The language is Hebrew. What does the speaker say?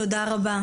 תודה רבה.